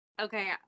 okay